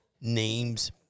names